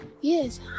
Yes